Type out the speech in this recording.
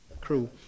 crew